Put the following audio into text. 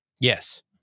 Yes